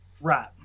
Right